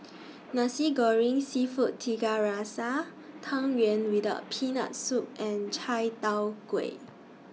Nasi Goreng Seafood Tiga Rasa Tang Yuen without Peanut Soup and Chai Tow Kuay